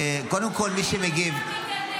קודם כול, מי שמגיב --- האם אתה מגנה?